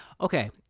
okay